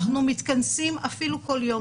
אנחנו מתכנסים אפילו כל יום,